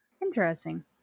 Interesting